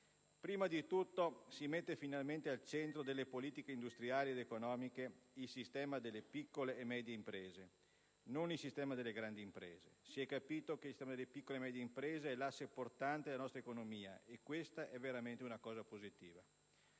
Prima di tutto, si mette finalmente al centro delle politiche industriali ed economiche il sistema delle piccole e medie imprese: non il sistema delle grandi imprese. Si è capito che il sistema delle piccole e medie imprese è l'asse portante della nostra economia, e questa è veramente una cosa positiva.